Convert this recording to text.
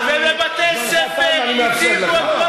ובבתי-ספר הרכיבו את כל,